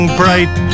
bright